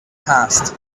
passed